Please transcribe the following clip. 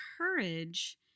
courage